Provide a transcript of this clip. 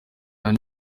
hano